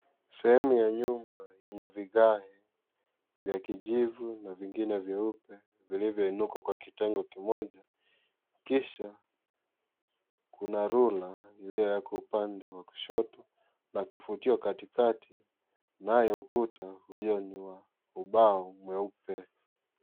Sehemu ya nyumba yenya vigai vya kijivu na vingine vyeupe vilivyoinuka kwa kitengo kimoja kisha kuna rula iliyo pande ya kushoto na kifutio katikati nayo ukuta ulio inua ubao mweupe.